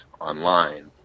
online